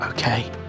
Okay